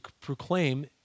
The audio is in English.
proclaim